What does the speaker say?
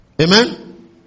amen